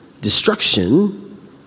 destruction